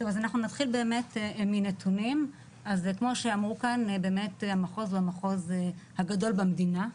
נתחיל מנתונים: זה המחוז הגדול במדינה,